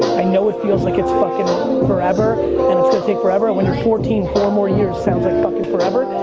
i know it feels like it's fucking forever and it's gonna take forever. when your fourteen four more years sounds like fucking forever,